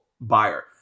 buyer